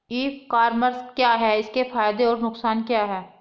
ई commerce क्या है इसके फायदे और नुकसान क्या है?